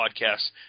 podcasts